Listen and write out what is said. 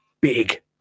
Big